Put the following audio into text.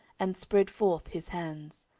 and spread forth his hands